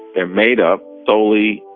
they're made up solely,